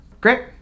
Great